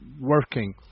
working